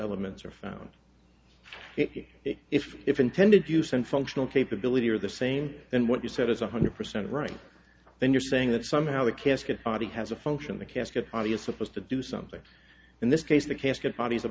elements are found if if if intended use and functional capability are the same and what you said is one hundred percent right then you're saying that somehow the casket body has a function the casket obviously has to do something in this case the casket bodies o